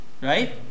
Right